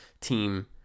team